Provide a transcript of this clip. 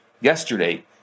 yesterday